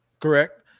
correct